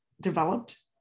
developed